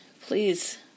please